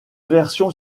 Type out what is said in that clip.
versions